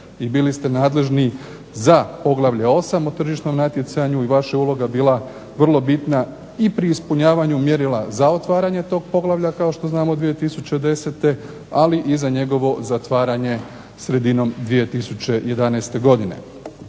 i bili ste nadležni za poglavlje 8. u tržišnom natjecanju i vaša je uloga bila vrlo bitna i pri ispunjavanju mjerila za otvaranje tog poglavlja kao što znamo 2010. ali i za njegovo zatvaranje sredinom 2011. godine.